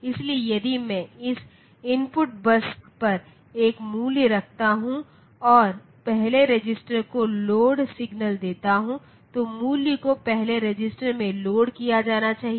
इसलिए यदि मैं इस इनपुट बस पर एक मूल्य रखता हूं और पहले रजिस्टर को लोड सिग्नल देता हूं तो मूल्य को पहले रजिस्टर में लोड किया जाना चाहिए